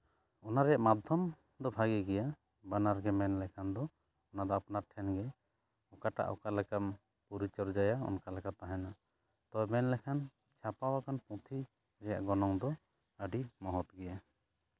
ᱚᱱᱟ ᱨᱮᱭᱟᱜ ᱢᱟᱫᱽᱫᱷᱚᱢ ᱫᱚ ᱵᱷᱟᱹᱜᱤ ᱜᱮᱭᱟ ᱵᱟᱱᱟᱨ ᱜᱮ ᱢᱮᱱ ᱞᱮᱠᱷᱟᱱ ᱫᱚ ᱚᱱᱟ ᱫᱚ ᱟᱯᱱᱟᱨ ᱴᱷᱮᱱᱜᱮ ᱚᱠᱟᱴᱟᱜ ᱚᱠᱟ ᱞᱮᱠᱟᱢ ᱯᱚᱨᱤᱪᱚᱨᱡᱟᱭᱟ ᱚᱱᱠᱟ ᱞᱮᱠᱟ ᱛᱟᱦᱮᱸᱱᱟ ᱛᱳ ᱢᱮᱱ ᱞᱮᱠᱷᱟᱱ ᱪᱷᱟᱯᱟ ᱟᱠᱟᱱ ᱯᱩᱛᱷᱤ ᱨᱮᱭᱟᱜ ᱜᱚᱱᱚᱝ ᱫᱚ ᱟᱹᱰᱤ ᱢᱚᱦᱚᱛ ᱜᱮᱭᱟ